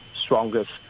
strongest